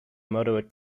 moderate